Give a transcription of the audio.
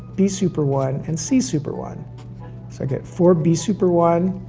b super one, and c super one, so i get four b super one,